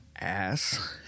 ass